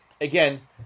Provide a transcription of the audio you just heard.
again